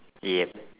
yup